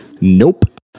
Nope